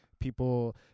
People